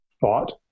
thought